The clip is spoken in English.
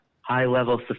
high-level